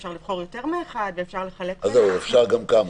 אפשר לבחור יותר מאחד ואפשר לחלק --- אפשר גם כמה.